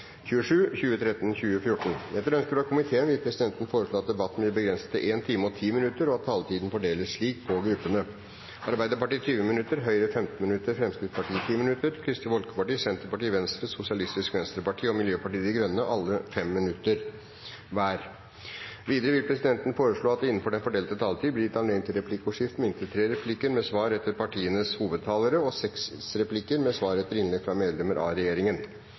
minutter, og at taletiden fordeles slik på gruppene: Arbeiderpartiet 20 minutter, Høyre 15 minutter, Fremskrittspartiet 10 minutter, Kristelig Folkeparti 5 minutter, Senterpartiet 5 minutter, Venstre 5 minutter, Sosialistisk Venstreparti 5 minutter og Miljøpartiet De Grønne 5 minutter. Videre vil presidenten foreslå at det blir gitt anledning til replikkordskifte på inntil tre replikker med svar etter partienes hovedtalere og seks replikker med svar etter innlegg fra medlemmer av regjeringen